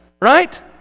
right